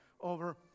over